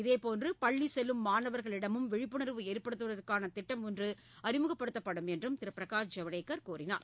இதேபோன்று பள்ளிச்செல்லும் மாணவர்களிடமும் விழிப்புணர்வு ஏற்படுத்துவதற்கான திட்டம் ஒன்று அறிமுகப்படுத்தப்படும் எனவும் திரூ பிரகாஷ் ஜவடேகர் தெரிவித்தார்